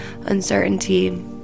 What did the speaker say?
Uncertainty